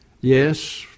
yes